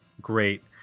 great